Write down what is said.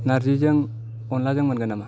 नारजिजों अनलाजों मोनगोन नामा